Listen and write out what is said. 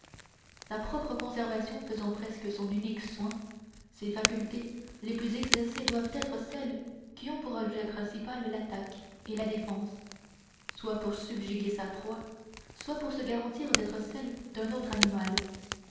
sa propre conservation faisant presque son unique soin ses facultés les plus exercées doivent être celles qui ont pour objet principal l'attaque et la défense soit pour subjuguer sa proie soit pour se garantir d'être celle d'un autre animal